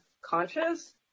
conscious